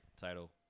title